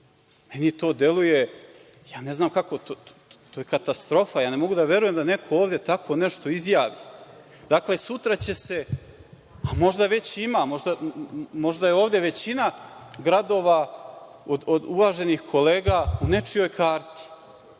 meni to deluje, ja ne znam kako, to je katastrofa, ja ne mogu da verujem da neko to ovde tako nešto izjavi. Dakle, sutra će se, a možda već ima, možda je ovde većina gradova od uvaženih kolega u nečijoj